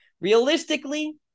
Realistically